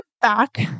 back